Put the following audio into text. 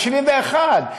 ה-71,